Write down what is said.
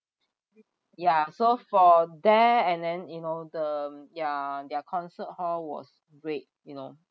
ya so for there and then you know the ya their concert hall was great you know